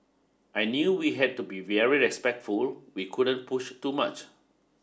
I knew we had to be very respectful we couldn't push too much